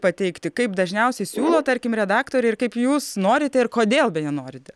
pateikti kaip dažniausiai siūlo tarkim redaktoriai ir kaip jūs norite ir kodėl nenorite